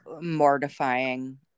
mortifying